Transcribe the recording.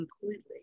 completely